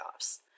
playoffs